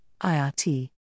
IRT